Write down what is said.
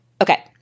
okay